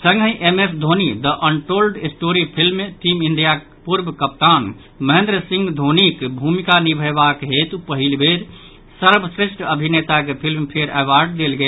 संगहि M S Dhoni the untold story film मे team इंडियाक पूर्व कप्तान महेन्द्र सिंह धोनी भूमिका निभयबाक हेतु पहिल बेर सर्वश्रेष्ठ अभिनेताक फिल्म फेयर अवार्ड देल गेल